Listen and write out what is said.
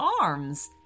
arms